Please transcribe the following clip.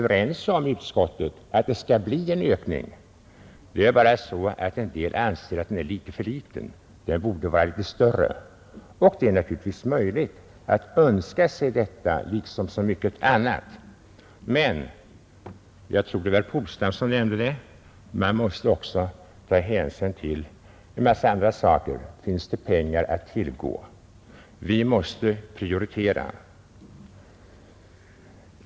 I utskottet är vi överens om att det skall bli en ökning — det är bara så att en del anser att den är för liten och borde vara större. Det är naturligt att önska sig detta liksom så mycket annat, men som herr Polstam nämnde måste man ta hänsyn till andra omständigheter: Finns det pengar att tillgå? Vi måste prioritera.